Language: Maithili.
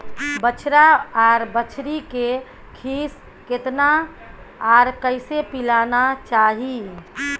बछरा आर बछरी के खीस केतना आर कैसे पिलाना चाही?